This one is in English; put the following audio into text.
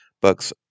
Bucks